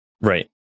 Right